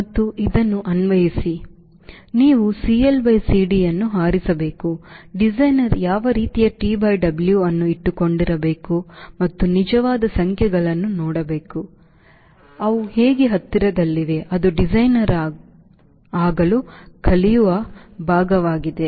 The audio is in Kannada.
ಮತ್ತು ಇದನ್ನು ಅನ್ವಯಿಸಿ ಮತ್ತು ನೀವು CLCD ಅನ್ನು ಹಾರಿಸಬೇಕು ಡಿಸೈನರ್ ಯಾವ ರೀತಿಯ TWಅನ್ನು ಇಟ್ಟುಕೊಂಡಿರಬೇಕು ಮತ್ತು ನಿಜವಾದ ಸಂಖ್ಯೆಗಳನ್ನು ನೋಡಬೇಕು ಮತ್ತು ಅವು ಹೇಗೆ ಹತ್ತಿರದಲ್ಲಿವೆ ಅದು ಡಿಸೈನರ್ ಆಗಲು ಕಲಿಯುವ ಭಾಗವಾಗಿದೆ